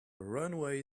runway